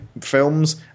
films